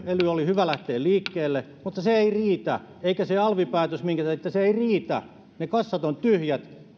oli hyvä lähteä liikkeelle mutta se ei riitä eikä riitä se alvipäätös minkä teitte ne kassat ovat tyhjät